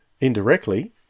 indirectly